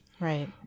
Right